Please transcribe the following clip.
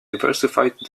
diversified